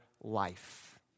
life